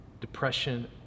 depression